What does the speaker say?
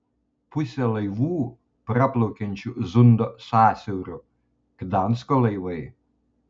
pusė laivų praplaukiančių zundo sąsiauriu gdansko laivai